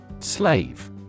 Slave